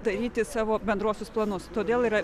daryti savo bendruosius planus todėl yra